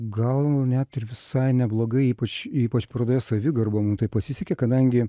gal net ir visai neblogai ypač ypač parodoje savigarba mum taip pasisekė kadangi